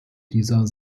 dieser